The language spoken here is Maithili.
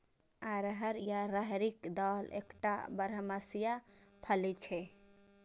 अरहर या राहरिक दालि एकटा बरमसिया फली छियै